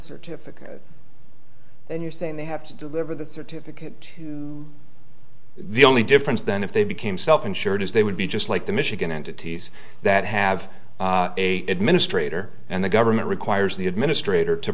then you're saying they have to deliver the certificate to the only difference then if they became self insured as they would be just like the michigan entities that have a administrator and the government requires the administrator to